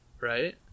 right